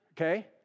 Okay